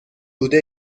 بوده